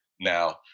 Now